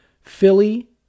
Philly